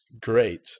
great